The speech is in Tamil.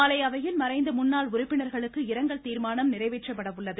நாளை அவையில் மறைந்த முன்னாள் உறுப்பினர்களுக்கு இரங்கல் தீர்மானம் நிறைவேற்றப்பட உள்ளது